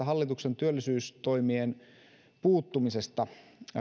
hallituksen työllisyystoimien puuttumisesta